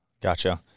gotcha